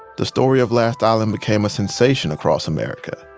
the story of last island became a sensation across america.